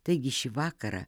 taigi šį vakarą